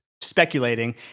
speculating